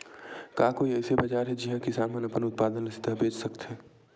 का कोई अइसे बाजार हे जिहां किसान मन अपन उत्पादन ला सीधा बेच सकथे?